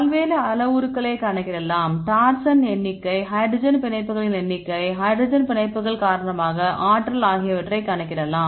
பல்வேறு அளவுருக்களைக் கணக்கிடலாம் டார்சன் எண்ணிக்கை ஹைட்ரஜன் பிணைப்புகளின் எண்ணிக்கை ஹைட்ரஜன் பிணைப்புகள் காரணமாக ஆற்றல் ஆகியவற்றைக் கணக்கிடலாம்